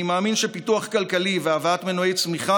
אני מאמין שפיתוח כלכלי והבאת מנועי צמיחה